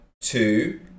two